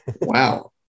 wow